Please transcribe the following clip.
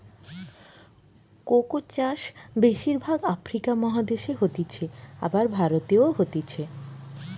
cocoa চাষ বেশির ভাগ আফ্রিকা মহাদেশে হতিছে, আর ভারতেও হতিছে